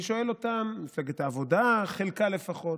את מפלגת העבודה, חלקה לפחות: